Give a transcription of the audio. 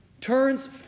turns